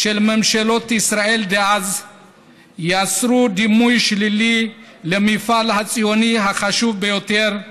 של ממשלות ישראל דאז יצרו דימוי שלילי למפעל הציוני החשוב ביותר: